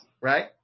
Right